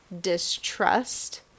distrust